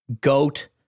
GOAT